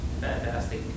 Fantastic